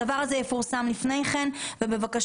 הדבר הזה יפורסם לפני כן ובבקשה,